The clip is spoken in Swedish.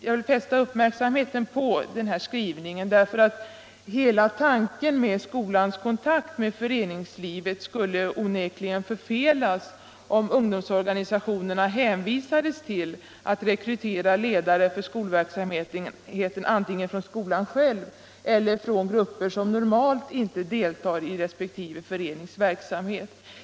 Jag vill fästa uppmärksamheten på denna skrivning, för hela tanken med skolans kontakt med föreningslivet skulle onekligen förfelas om ungdomsorganisationerna hänvisades till att rekrytera ledare för skolverksamheten antingen från skolan själv eller från grupper som normalt inte deltar i de olika föreningarnas verksamhet.